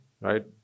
right